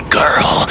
girl